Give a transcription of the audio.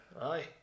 Aye